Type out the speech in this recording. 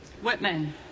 Whitman